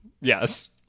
Yes